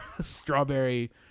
strawberry